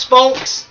folks